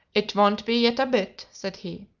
it won't be yet a bit, said he.